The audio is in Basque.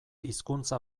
hizkuntza